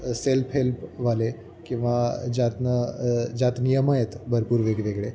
self हेल्पवाले किंवा ज्यातनं ज्यात नियम आहेत भरपूर वेगवेगळे